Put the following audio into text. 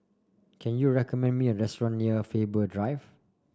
can you recommend me a restaurant near Faber Drive